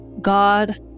God